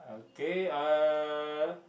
okay uh